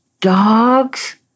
dogs